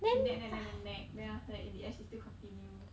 she nag nag nag nag nag then after that in the end she still continue